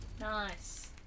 Nice